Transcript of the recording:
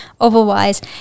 otherwise